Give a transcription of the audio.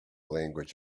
language